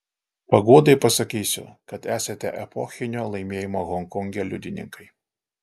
paguodai pasakysiu kad esate epochinio laimėjimo honkonge liudininkai